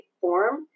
form